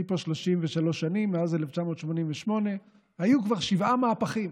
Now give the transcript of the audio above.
אני פה 33 שנים, מאז 1988. היו כבר שבעה מהפכים.